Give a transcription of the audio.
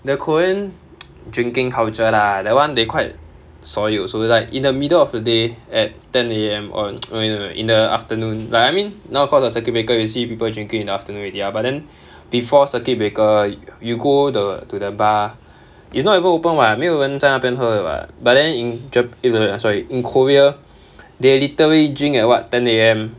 the korean drinking culture lah that [one] they quite solid also like in the middle of the day at ten A_M or in the afternoon like I mean now cause of circuit breaker you see people drinking in afternoon already ah but then before circuit breaker you go the to the bar it's not even open [what] 没有人在那边喝的 [what] but then in ja~ sorry in korea they literally drink at what ten A_M